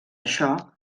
això